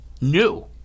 new